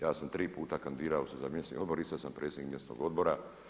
Ja sam tri puta kandidirao se za mjesni odbor, i sad sam predsjednik mjesnog odbora.